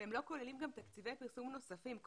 והם לא כוללים גם תקציבי פרסום נוספים,